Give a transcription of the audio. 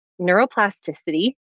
neuroplasticity